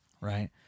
Right